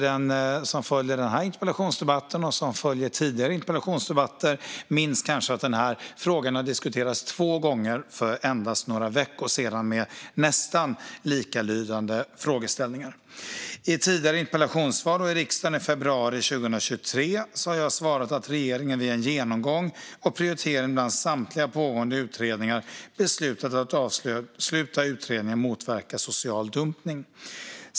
Den som följer interpellationsdebatten och följt tidigare interpellationsdebatter minns kanske att den här frågan har diskuterats två gånger för endast några veckor sedan med nästan likalydande frågeställningar. I tidigare interpellationssvar i riksdagen i februari 2023 har jag svarat att regeringen vid en genomgång och prioritering bland samtliga pågående utredningar beslutat att avsluta utredningen Motverka social dumpning .